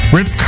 Rip